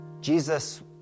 Jesus